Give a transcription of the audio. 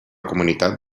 comunitat